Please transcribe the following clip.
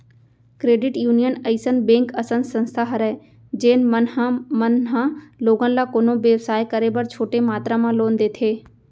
credit union अइसन bank असन संस्था हरय जेन मन ह मन ह लोगन ल कोनो बेवसाय करे बर छोटे मातरा म लोन देथे